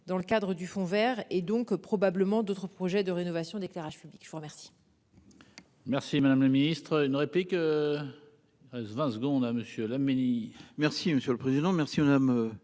dans le cadre du Fonds Vert et donc probablement d'autres projets de rénovation d'éclairage public, je vous remercie.